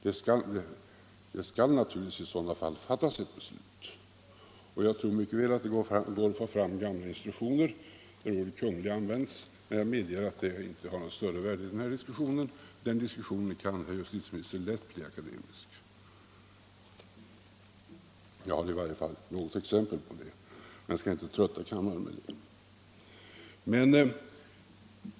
Det skall naturligtvis fattas beslut, och jag tror mycket väl att det går att få fram gamla instruktioner där ordet Kungl. användes, men jag medger att det inte har något större värde i den här diskussionen. Den diskussionen kan, herr justitieminister, lätt bli akademisk. I varje fall har jag något exempel på det, men jag skall inte trötta kammaren med det.